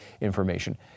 information